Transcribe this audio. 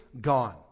gone